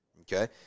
Okay